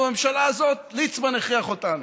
ובממשלה הזאת ליצמן הכריח אותנו,